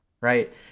Right